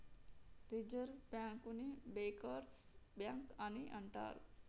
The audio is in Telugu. రిజర్వ్ బ్యాంకుని బ్యాంకర్స్ బ్యాంక్ అని అంటరు